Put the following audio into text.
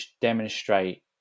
demonstrate